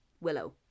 Willow